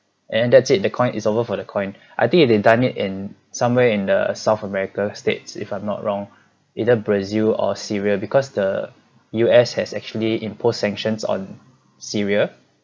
and that's it the coin is over for the coin I think they done it somewhere in the south america states if I'm not wrong either brazil or syria because the U_S has actually imposed sanctions on syria